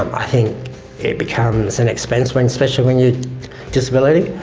i think it becomes an expense when especially when you disability.